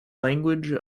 language